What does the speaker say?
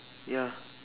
ya